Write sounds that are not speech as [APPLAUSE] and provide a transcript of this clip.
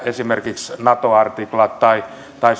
esimerkiksi nato artikla tai tai [UNINTELLIGIBLE]